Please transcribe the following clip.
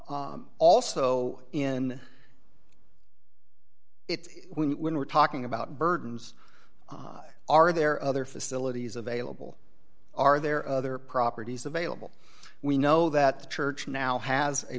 also in it when we're talking about burdens are there other facilities available are there other properties available we know that the church now has a